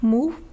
Move